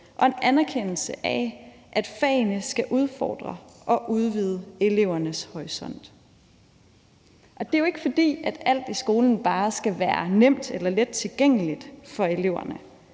og en anerkendelse af, at fagene skal udfordre og udvide elevernes horisont. Og det er jo ikke, fordi alt i skolen bare skal være nemt eller lettilgængeligt for eleverne,